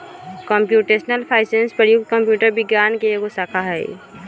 computational finance प्रयुक्त computer विज्ञान के एगो शाखा हइ